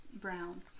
brown